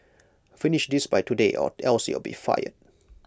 finish this by tomorrow or else you'll be fired